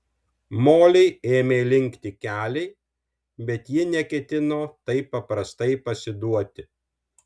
molei ėmė linkti keliai bet ji neketino taip paprastai pasiduoti